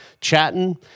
chatting